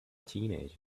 teenagers